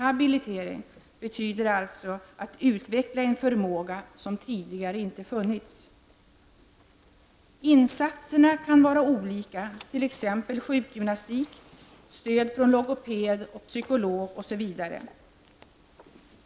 Habilitering betyder alltså att utveckla en förmåga som tidigare inte har funnits. Insatserna kan vara olika, t.ex. sjukgymnastik, stöd från logoped och psykolog.